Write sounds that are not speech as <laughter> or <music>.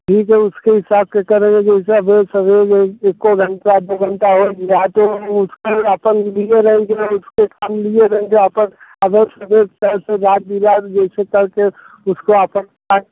ठीक है उसके हिसाब से करेंगे जैसे देर सवेरे जिसको घंटा आध घंटा और मिल रहा है तो उस पे अपन <unintelligible> उसके हिसाब से आपस में बात विचार जैसे करते हैं उससे आपस में